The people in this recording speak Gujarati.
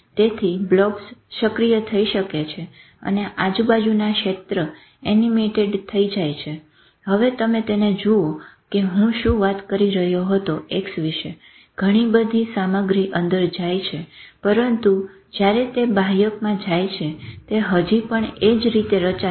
તેથી બ્લોબ્સ સક્રિય થઇ શકે છે અને આજુબાજુના ક્ષેત્ર એનીમેટેડ થઇ જાય છે હવે તમે તેને જુઓ કે હું શું વાત કરી રહ્યો હતો X વિશ ઘણી બધી સામગ્રી અંદર જઈ છે પરંતુ જયારે તે બાહ્યકમાં જાઈ છે તે હજી પણ એ જ રીતે રચાશે